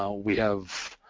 um we have